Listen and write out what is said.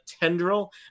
tendril